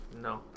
no